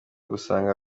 gusanga